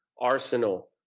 Arsenal